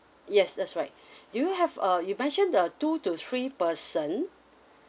yes that's right do you have uh you mentioned the two to three person